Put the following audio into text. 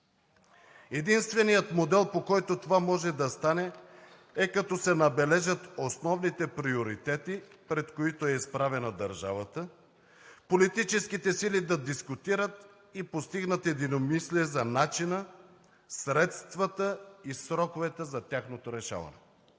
Единственият модел, по който това може да стане, е като се набележат основните приоритети, пред които е изправена държавата, политическите сили да дискутират и постигнат единомислие за начина, средствата и сроковете за тяхното решаване.